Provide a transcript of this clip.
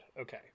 okay